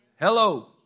Hello